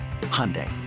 Hyundai